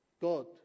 God